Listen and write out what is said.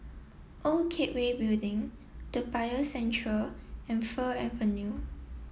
Old Cathay Building Toa Payoh Central and Fir Avenue